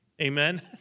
Amen